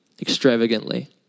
extravagantly